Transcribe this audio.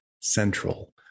central